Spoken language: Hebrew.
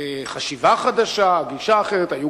חשיבה חדשה, דרישה אחרת, גם